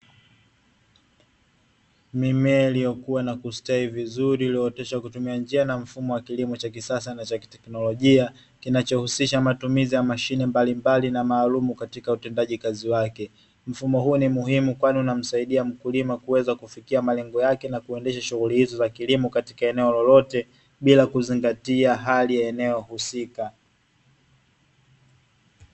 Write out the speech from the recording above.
Mimea iliyokua na kustawi vizuri iliyooteshwa kwa kutumia njia na mfumo wa kilimo cha kisasa na teknolojia, kinachohusisha matumizi ya mashine mbalimbali na maalumu katika utendaji kazi wake. Mfumo huu ni muhimu kwani unamsaidia mkulima kuweza kufikia malengo yake na kuendesha shughuli hizo za kilimo katika eneo lolote, bila kuzingatia hali ya eneo husika.